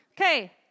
Okay